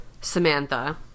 Samantha